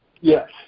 Yes